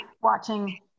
watching